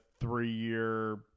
three-year